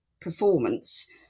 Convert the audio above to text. performance